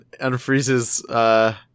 unfreezes